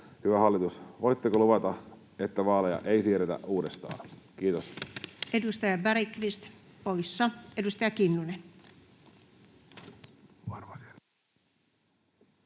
hyvä hallitus: voitteko luvata, että vaaleja ei siirretä uudestaan? — Kiitos. Edustaja Bergqvist poissa. — Edustaja Kinnunen.